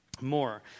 more